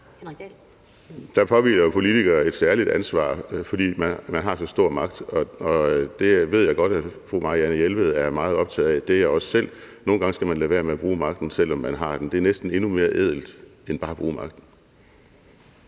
Der påhviler politikere et særligt ansvar, fordi man har så stor magt. Det ved jeg godt at fru Marianne Jelved er meget optaget af, og det er jeg også selv. Nogle gange skal man lade være med at bruge magten, selv om man har den. Det er næsten endnu mere ædelt end bare at bruge magten.